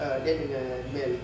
ah dan dengan mel